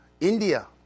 India